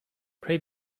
pray